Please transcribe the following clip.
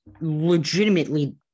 legitimately